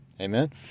Amen